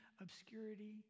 obscurity